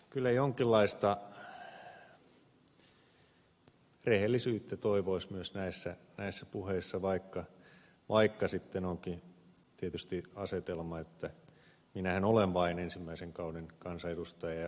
kyllä jonkinlaista rehellisyyttä toivoisi myös näissä puheissa vaikka sitten onkin tietysti asetelma että minähän olen vain ensimmäisen kauden kansanedustaja ja ed